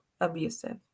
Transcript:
abusive